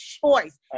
choice